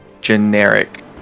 generic